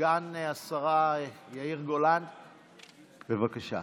סגן השרה יאיר גולן, בבקשה.